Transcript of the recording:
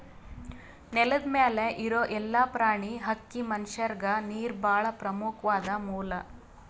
ನೆಲದ್ ಮ್ಯಾಲ್ ಇರೋ ಎಲ್ಲಾ ಪ್ರಾಣಿ, ಹಕ್ಕಿ, ಮನಷ್ಯರಿಗ್ ನೀರ್ ಭಾಳ್ ಪ್ರಮುಖ್ವಾದ್ ಮೂಲ